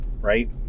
right